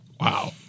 Wow